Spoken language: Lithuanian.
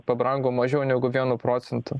pabrango mažiau negu vienu procentu